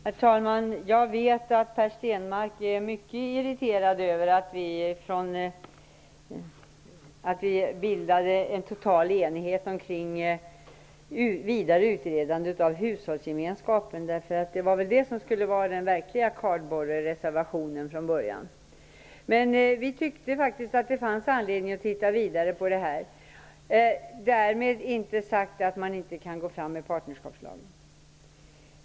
Herr talman! Jag vet att Per Stenmarck är mycket irriterad över att vi bildar en total enighet kring ett vidare utredande av hushållsgemenskaper. Det var väl det som från början skulle vara den verkliga ''kardborrereservationen''. Vi ansåg att det fanns anledning att se ytterligare på frågan -- därmed inte sagt att man inte kan gå vidare med partnerskapslagen.